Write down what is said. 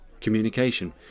Communication